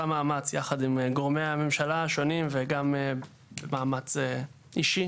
מאמץ יחד עם גורמי הממשלה השונים וגם מאמץ אישי,